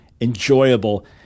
enjoyable